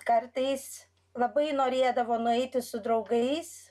kartais labai norėdavo nueiti su draugais